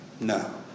No